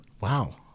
Wow